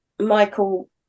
Michael